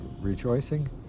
rejoicing